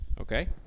Okay